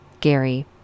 Gary